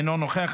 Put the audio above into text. אינו נוכח,